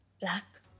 black